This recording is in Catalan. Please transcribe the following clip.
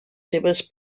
seves